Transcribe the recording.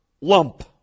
lump